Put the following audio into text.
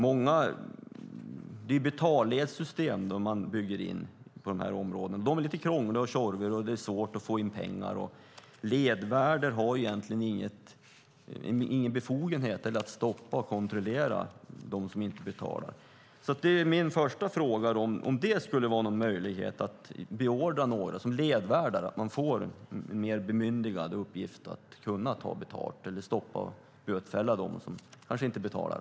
Det är betalledssystem som man bygger in i de här områdena. De är lite krångliga och tjorviga. Det är svårt att få in pengar. Ledvärdar har egentligen ingen befogenhet att stoppa och kontrollera dem som inte betalar. Min första fråga är om det skulle vara en möjlighet att beordra några som ledvärdar och ge dem en mer bemyndigande uppgift, att kunna ta betalt eller stoppa och bötfälla dem som kanske inte betalar.